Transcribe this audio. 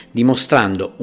dimostrando